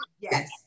yes